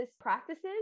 practices